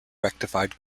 rectified